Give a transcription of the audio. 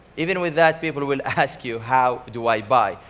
even with that, people will ask you, how do i buy?